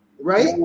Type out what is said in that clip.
right